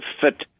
fit